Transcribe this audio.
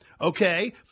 okay